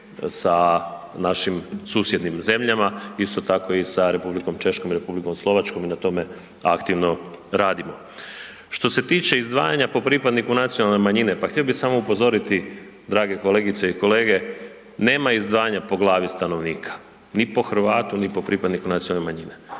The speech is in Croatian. sa našim susjednim zemljama, isto tako i sa Republikom Češko i Republikom Slovačkom i na tome aktivno radimo. Što se tiče izdvajanja po pripadniku nacionalne manjine, pa htio bi samo upozoriti drage kolegice i kolege, nema izdvajanja po glavi stanovnika, ni po Hrvatu ni po pripadniku nacionalne manjine.